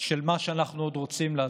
של מה שאנחנו עוד רוצים לעשות.